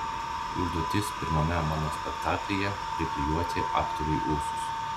užduotis pirmame mano spektaklyje priklijuoti aktoriui ūsus